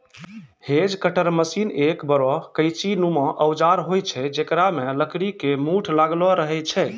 hedge cutter machine एक बड़ो कैंची नुमा औजार होय छै जेकरा मॅ लकड़ी के मूठ लागलो रहै छै